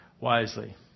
wisely